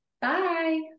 Bye